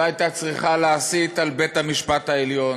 לא הייתה צריכה להסית כלפי בית-המשפט העליון